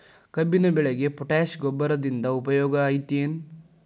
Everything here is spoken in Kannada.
ಕಬ್ಬಿನ ಬೆಳೆಗೆ ಪೋಟ್ಯಾಶ ಗೊಬ್ಬರದಿಂದ ಉಪಯೋಗ ಐತಿ ಏನ್?